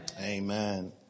amen